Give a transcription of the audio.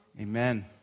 Amen